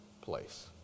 place